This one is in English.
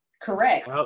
Correct